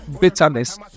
bitterness